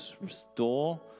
restore